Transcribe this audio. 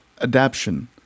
adaption